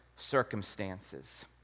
circumstances